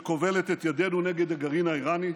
שכובלת את ידינו נגד הגרעין האיראני,